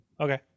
Okay